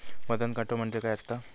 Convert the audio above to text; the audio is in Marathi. वजन काटो म्हणजे काय असता?